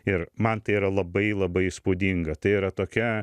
ir man tai yra labai labai įspūdinga tai yra tokia